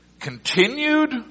continued